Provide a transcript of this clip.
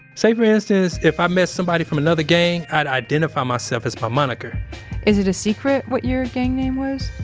say for instance, if i met somebody from another gang i'd identify myself as my moniker is it a secret what your gang name was?